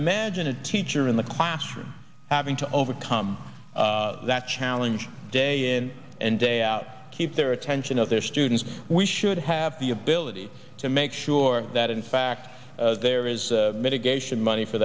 imagine a teacher in the classroom having to overcome that challenge day in and day out keep their attention of their students we should have the ability to make sure that in fact there it is mitigation money for